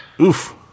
Oof